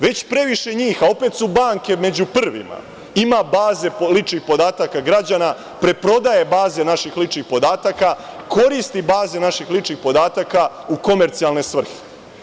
Već previše njih, a opet su banke među prvima, ima baze ličnih podataka građana, preprodaje baze naših ličnih podataka, koristi baze naših ličnih podataka u komercijalne svrhe.